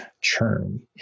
churn